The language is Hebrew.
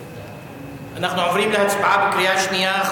אנחנו עוברים להצבעה בקריאה שנייה על